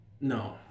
no